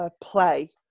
play